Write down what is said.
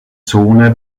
zone